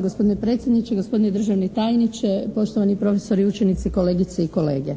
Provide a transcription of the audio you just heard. gospodine predsjedniče, gospodine državni tajniče, poštovani profesori i učenici, kolegice i kolege.